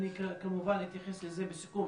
אני כמובן אתייחס לזה בסיכום,